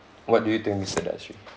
what do you think mister dazrin